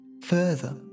further